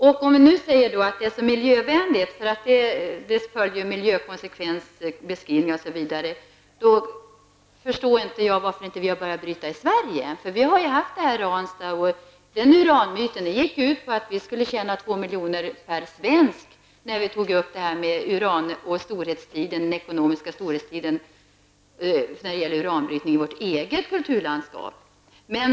Om man nu säger att detta är miljövänligt enligt miljökonsekvensbeskrivning osv., förstår jag inte varför vi inte har börjat bryta uran i Sverige. I Ransta gick uranbrytningen ut på att vi skulle tjäna 2 miljoner per svensk genom att bryta uran i vårt eget kulturlandskap under uranbrytningens ekonomiska storhetstid.